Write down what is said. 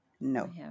No